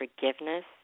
forgiveness